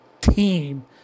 team